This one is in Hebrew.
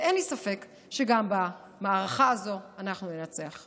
ואין לי ספק שגם במערכה הזו אנחנו ננצח.